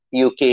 UK